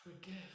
forgive